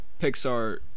Pixar